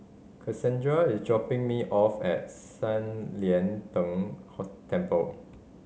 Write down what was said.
Cassandra is dropping me off at San Lian Deng Temple